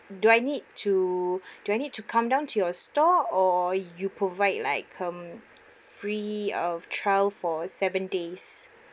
do I need to do I need to come down to your store or you provide like um free of trial for seven days